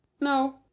No